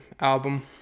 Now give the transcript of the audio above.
album